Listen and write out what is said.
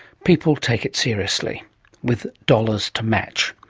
people take it seriously with dollars to match.